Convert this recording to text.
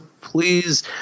please